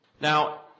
Now